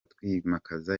twimakaza